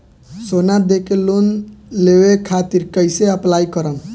सोना देके लोन लेवे खातिर कैसे अप्लाई करम?